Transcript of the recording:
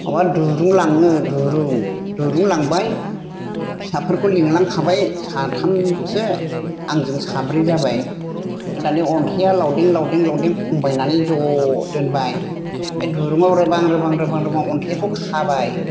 माबा दुरुं लाङो दुरुं दुरुं लांबाय फिसाफोरखौ लिंलांखाबाय साथामसो आंजों साब्रै जाबाय आमफ्राय दानि अन्थाइआ लावदें लावदें लावदें खनबायनानै ज' दोनबाय बे दुरुङाव रोबां रोबां रोबां अन्थाइखौ खाबाय